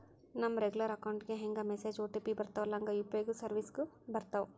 ನಮ regular account ಗೆ ಹೆಂಗ ಮೆಸೇಜ್ ಒ.ಟಿ.ಪಿ ಬರ್ತ್ತವಲ್ಲ ಹಂಗ ಯು.ಪಿ.ಐ ಸೆರ್ವಿಸ್ಗು ಬರ್ತಾವ